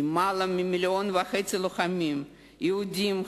יותר ממיליון וחצי לוחמים יהודים,